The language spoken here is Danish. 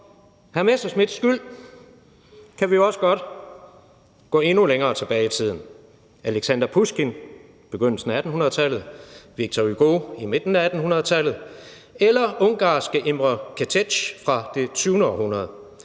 Morten Messerschmidts skyld kan vi også godt gå endnu længere tilbage i tiden: Alexander Pusjkin, begyndelsen af 1800-tallet, Victor Hugo, i midten af 1800-tallet, eller ungarske Imre Kertész fra det 20. århundrede.